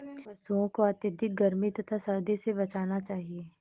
पशूओं को अत्यधिक गर्मी तथा सर्दी से बचाना चाहिए